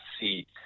see